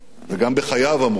וגם בחייו אמרו זאת,